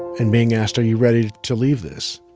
and being asked, are you ready to leave this,